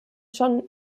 schon